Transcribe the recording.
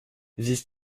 vice